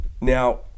Now